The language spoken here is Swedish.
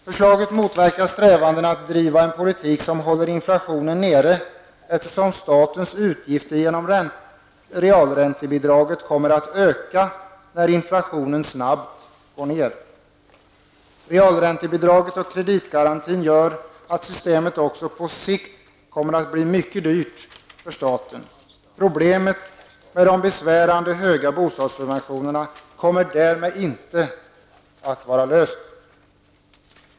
Förslagen motverkar strävandena att driva en politik som håller inflationen nere, eftersom statens utgifter genom realräntebidraget kommer att öka när inflationen snabbt går ner. Realräntebidraget och kreditgarantin gör att systemet också på sikt kommer att bli mycket dyrt för staten. Problemet med de besvärande stora bostadssubventionerna kommer därmed inte att vara löst.